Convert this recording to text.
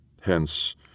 Hence